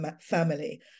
family